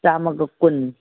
ꯆꯥꯝꯃꯒ ꯀꯨꯟ